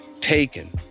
taken